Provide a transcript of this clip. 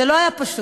זה לא היה פשוט.